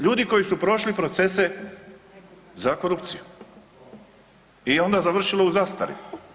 Ljudi koji su prošli procese za korupciju i onda završilo u zastari.